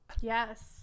Yes